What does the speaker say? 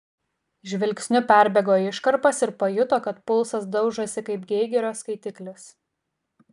žvilgsniu perbėgo iškarpas ir pajuto kad pulsas daužosi kaip geigerio skaitiklis